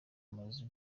mazu